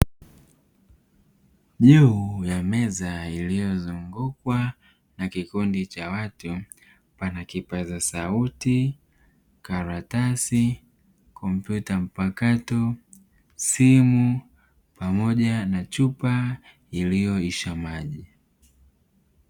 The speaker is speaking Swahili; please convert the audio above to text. Juu ya meza iliyozungukwa na kikundi cha watu pana kipaza sauti, karatasi, kompyuta mpakato, simu pamoja na chupa iliyoisha maji.